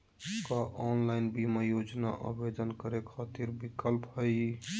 का ऑनलाइन बीमा योजना आवेदन करै खातिर विक्लप हई?